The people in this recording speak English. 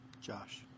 Josh